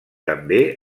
també